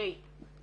תראי,